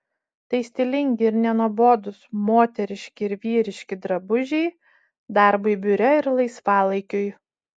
tai stilingi ir nenuobodūs moteriški ir vyriški drabužiai darbui biure ir laisvalaikiui